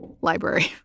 library